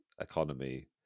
economy